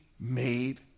made